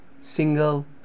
single